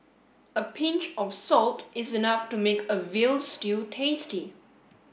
a pinch of salt is enough to make a veal stew tasty